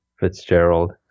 Fitzgerald